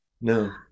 No